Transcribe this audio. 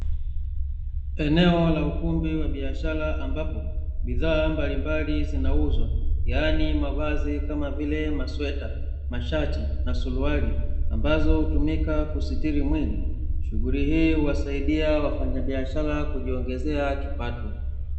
Eneo la ukumbi wa biashara ambapo bidhaa mbalimbali zinauzwa yani mavazi kama vile masweta, mashati na suruali ambazo hutumika kusitiri mwili, shughuli hii huwasaidia wafanyabiashara kujiongezea kipato.